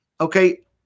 Okay